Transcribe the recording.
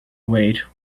wait